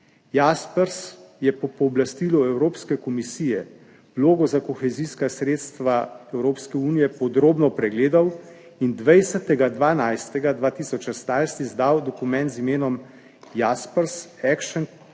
JASPERS je po pooblastilu Evropske komisije vlogo za kohezijska sredstva Evropske unije podrobno pregledal in 20. 12. 2016 izdal dokument z imenom JASPERS Action Completion